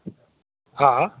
હા હા